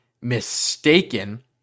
mistaken